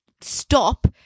stop